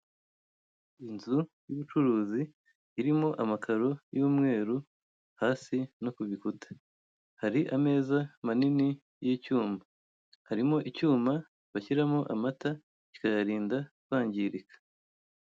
Inzu y'ubucuruzi irimo amakaro y'umweru hasi no kubikuta hari ameza manini y'icyuma harimo icyuma bashyiramo amata kikayarinda kwangirika.